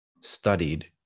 studied